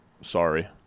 Sorry